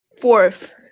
Fourth